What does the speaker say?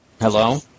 Hello